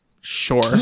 sure